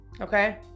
Okay